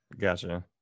Gotcha